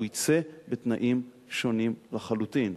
הוא יצא בתנאים שונים לחלוטין.